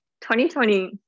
2020